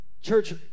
Church